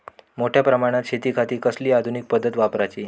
मोठ्या प्रमानात शेतिखाती कसली आधूनिक पद्धत वापराची?